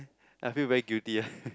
I feel very guilty